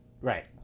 Right